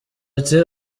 ati